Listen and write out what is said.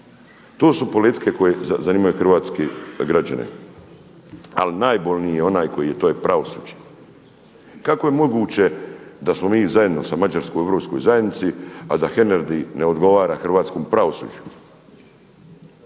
To su politike koje zanimaju hrvatske građane. Ali najbolniji je onaj to je pravosuđe. Kako je moguće da smo mi zajedno sa Mađarskom u EU, a da Hernadi ne odgovara hrvatskom pravosuđu?